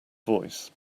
voice